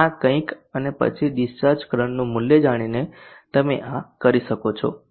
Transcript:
આ કંઈક અને પછી ડિસ્ચાર્જ કરંટનું મૂલ્ય જાણીને તમે આ કરી શકો છો